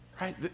right